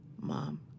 Mom